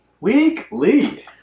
Weekly